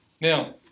Now